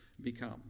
become